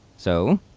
so,